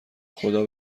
خدا